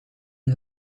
een